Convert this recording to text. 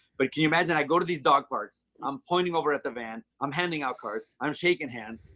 but can you imagine i go to these dog parks. i'm pointing over at the van, i'm handing out cards, i'm shaking hands,